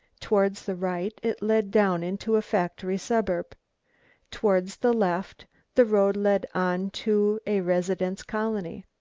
towards the right it led down into a factory suburb towards the left the road led on to a residence colony,